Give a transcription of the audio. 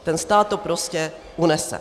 Ten stát to prostě unese.